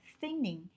thinning